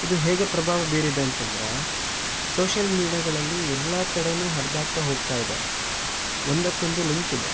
ಇದು ಹೇಗೆ ಪ್ರಭಾವ ಬೀರಿದೆ ಅಂತ ಅಂದ್ರೆ ಸೋಶ್ಯಲ್ ಮೀಡ್ಯಾಗಳಲ್ಲಿ ಎಲ್ಲ ಕಡೆನೂ ಹರಿದಾಡ್ತಾ ಹೋಗ್ತಾ ಇದೆ ಒಂದಕ್ಕೊಂದು ಲಿಂಕ್ ಇದೆ